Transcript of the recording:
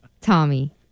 Tommy